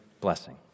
blessing